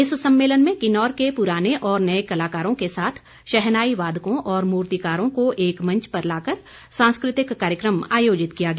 इस सम्मेलन में किन्नौर के पुराने और नए कलाकारों के साथ शहनाई वादकों और मूर्तिकारों को एक मंच पर लाकर सांस्कृतिक कार्यक्रम आयोजित किया गया